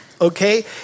okay